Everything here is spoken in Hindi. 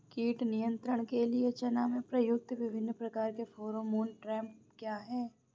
कीट नियंत्रण के लिए चना में प्रयुक्त विभिन्न प्रकार के फेरोमोन ट्रैप क्या है?